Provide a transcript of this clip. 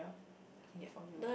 I can get for you